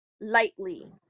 lightly